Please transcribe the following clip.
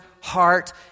heart